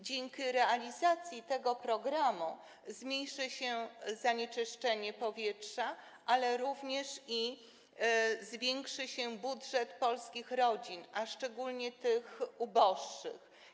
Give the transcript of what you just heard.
Dzięki realizacji tego programu zmniejszy się zanieczyszczenie powietrza, ale również zwiększy się budżet polskich rodzin, a szczególnie tych uboższych.